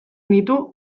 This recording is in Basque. ditu